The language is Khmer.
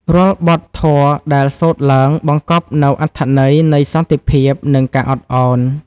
រាល់បទធម៌ដែលសូត្រឡើង បង្កប់នូវអត្ថន័យនៃសន្តិភាព និងការអត់ឱន។